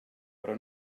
però